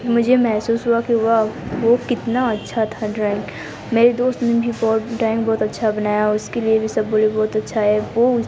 मुझे महसूस हुआ कि वह वो कितना अच्छा था ड्राइंग मेरी दोस्त ने भी बहुत ड्रॉइंग बहुत अच्छा बनाया उसके लिए भी सब बोले बहुत अच्छा है वो